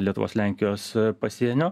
lietuvos lenkijos pasienio